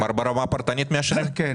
כלומר ברמה הפרטנית מאשרים דברים כאלה?